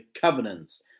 covenants